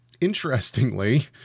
Interestingly